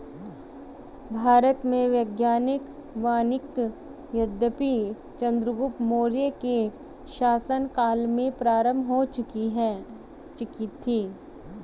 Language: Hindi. भारत में वैज्ञानिक वानिकी यद्यपि चंद्रगुप्त मौर्य के शासन काल में प्रारंभ हो चुकी थी